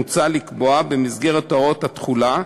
מוצע לקבוע במסגרת הוראות התחולה,